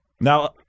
Now